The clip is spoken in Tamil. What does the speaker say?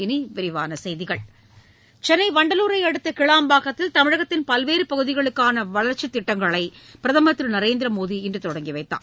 இனிவிரிவானசெய்திகள் சென்னைவண்டலூரைஅடுத்தகிளாம்பாக்கத்தில் தமிழகத்தின் பல்வேறபகுதிகளுக்கானவளர்ச்சித் திட்டங்களைபிரதமர் திருநரேந்திரமோடி இன்றுதொடங்கிவைத்தார்